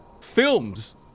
films